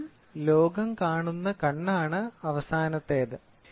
നിങ്ങൾ ലോകം കാണുന്ന കണ്ണാണ് അവസാനത്തേത്